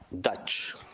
Dutch